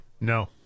No